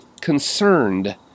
concerned